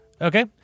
Okay